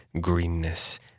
greenness